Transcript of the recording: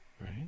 right